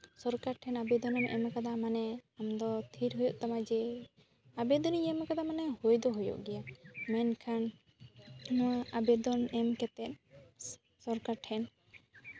ᱥᱚᱨᱠᱟᱨ ᱴᱷᱮᱱ ᱟᱵᱮᱫᱚᱱᱮᱢ ᱮᱢ ᱠᱟᱫᱟ ᱢᱟᱱᱮ ᱟᱢᱫᱚ ᱛᱷᱤᱨ ᱦᱩᱭᱩᱜ ᱛᱟᱢᱟ ᱡᱮ ᱟᱵᱮᱫᱚᱱᱤᱧ ᱮᱢ ᱠᱟᱫᱟ ᱢᱟᱱᱮ ᱦᱩᱭ ᱫᱚ ᱦᱩᱭᱩᱜ ᱜᱮᱭᱟ ᱢᱮᱱᱠᱷᱟᱱ ᱱᱚᱣᱟ ᱟᱵᱮᱫᱚᱱ ᱮᱢ ᱠᱟᱛᱮ ᱥᱚᱨᱠᱟᱨ ᱴᱷᱮᱱ